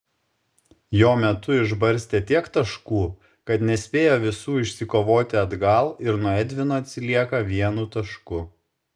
jo metu išbarstė tiek taškų kad nespėjo visų išsikovoti atgal ir nuo edvino atsilieka vienu tašku